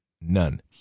none